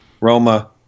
Roma